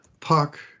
puck